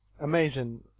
amazing